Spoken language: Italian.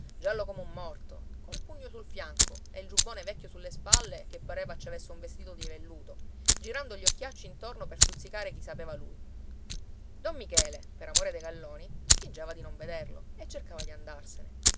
giallo come un morto col pugno sul fianco e il giubbone vecchio sulle spalle che pareva ci avesse un vestito di velluto girando gli occhiacci intorno per stuzzicare chi sapeva lui don michele per amore dei galloni fingeva di non vederlo e cercava di andarsene